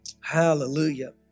hallelujah